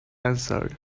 answered